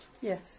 Yes